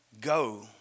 go